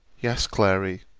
yes, clary,